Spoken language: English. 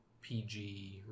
PG